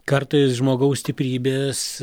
kartais žmogaus stiprybės